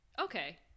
Okay